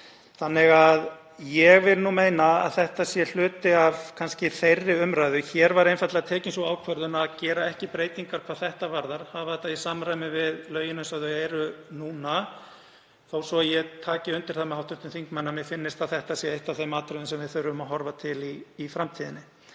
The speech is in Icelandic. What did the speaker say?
Ég vil því meina að þetta sé kannski hluti af þeirri umræðu. Hér var einfaldlega tekin sú ákvörðun að gera ekki breytingar hvað þetta varðar, hafa þetta í samræmi við lögin eins og þau eru núna, þó svo að ég taki undir það með hv. þingmanni að mér finnist að þetta sé eitt af þeim atriðum sem við þurfum að horfa til í framtíðinni.